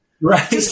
Right